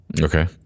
Okay